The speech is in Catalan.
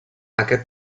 aquest